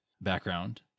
background